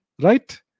right